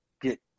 get